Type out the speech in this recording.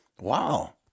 Wow